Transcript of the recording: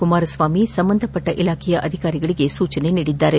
ಕುಮಾರಸ್ವಾಮಿ ಸಂಬಂಧಪಟ್ಟ ಇಲಾಖೆಯ ಅಧಿಕಾರಿಗಳಿಗೆ ಸೂಚನೆ ನೀಡಿದ್ದಾರೆ